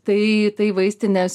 tai tai vaistinės